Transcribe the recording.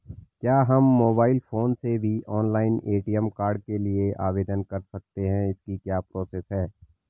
क्या हम mobile phone से भी ऑनलाइन ए.टी.एम कार्ड के लिए आवेदन कर सकते हैं इसकी क्या प्रोसेस है?